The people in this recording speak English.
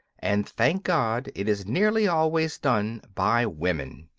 and thank god it is nearly always done by women.